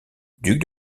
duc